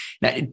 Now